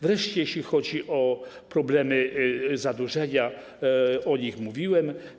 Wreszcie jeśli chodzi o problemy zadłużenia, o nich mówiłem.